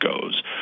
goes